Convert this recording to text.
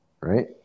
right